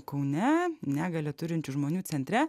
kaune negalią turinčių žmonių centre